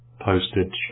postage